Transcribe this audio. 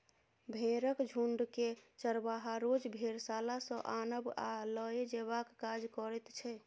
भेंड़क झुण्डकेँ चरवाहा रोज भेड़शाला सँ आनब आ लए जेबाक काज करैत छै